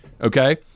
Okay